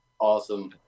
Awesome